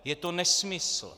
Je to nesmysl.